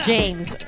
James